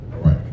Right